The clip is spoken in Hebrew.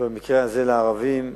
במקרה הזה לערבים,